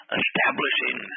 establishing